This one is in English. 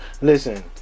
Listen